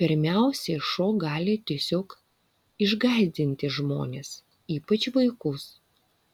pirmiausiai šuo gali tiesiog išgąsdinti žmones ypač vaikus